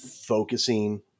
focusing